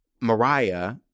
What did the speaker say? Mariah